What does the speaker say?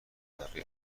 برای